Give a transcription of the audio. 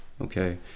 Okay